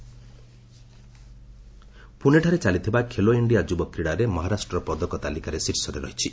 Khelo India ପୁଣେଠାରେ ଚାଲିଥିବା Khelo India ଯୁବ କ୍ରୀଡ଼ାରେ ମହାରାଷ୍ଟ୍ର ପଦକ ତାଲିକାରେ ଶୀର୍ଷରେ ରହିଛି